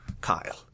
kyle